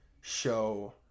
show